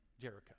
Jericho